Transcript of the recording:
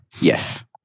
Yes